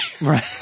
Right